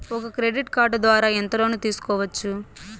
ఒక credit card ద్వారా ఎంత లోను తీసుకోవచ్చు?